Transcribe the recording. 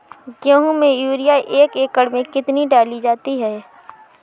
गेहूँ में यूरिया एक एकड़ में कितनी डाली जाती है?